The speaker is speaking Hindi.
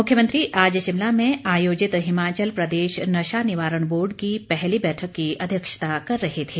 मुख्यमंत्री आज शिमला में आयोजित हिमाचल प्रदेश नशानिवारण बोर्ड की पहली बैठक की अध्यक्षता कर रहे थे